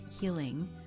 healing